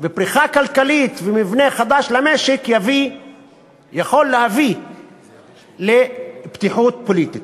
ופריחה כלכלית ומבנה חדש למשק יכולים להביא לפתיחות פוליטית.